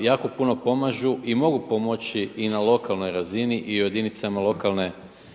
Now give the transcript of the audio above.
jako puno pomažu i mogu pomoći i na lokalnoj razini i u jedinicama lokalne